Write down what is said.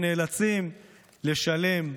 שנאלצים לשלם.